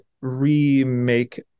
remake